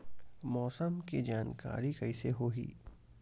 मौसम के जानकारी कइसे होही?